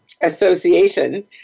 association